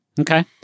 Okay